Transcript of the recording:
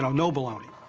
no baloney.